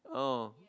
oh